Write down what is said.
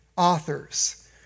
Authors